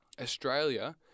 Australia